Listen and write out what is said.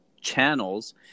channels